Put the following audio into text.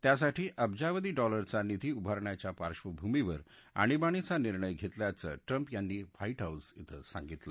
त्यासाठी अब्जावधी डॉलरचा निधी उभारण्याच्या पार्श्वभूमीवर आणीबाणीचा निर्णय घेतल्याचं ट्रम्प यांनी व्हाईट हाऊस इथं सांगितलं